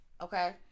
Okay